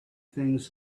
things